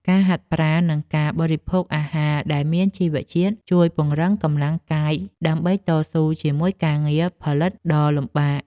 ការហាត់ប្រាណ និងការបរិភោគអាហារដែលមានជីវជាតិ ជួយពង្រឹងកម្លាំងកាយដើម្បីតស៊ូជាមួយការងារផលិតដ៏លំបាក។